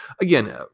again